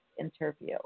interview